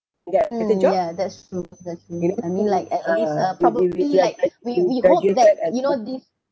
mm ya that's true that's true I mean like at least uh probably like we we hope that you know this